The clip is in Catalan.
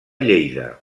lleida